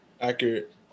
Accurate